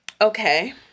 Okay